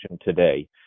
today